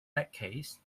decades